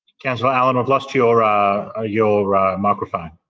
councillor allan, i've lost your ah ah your ah microphone.